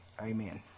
Amen